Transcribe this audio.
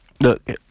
look